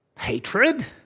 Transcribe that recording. hatred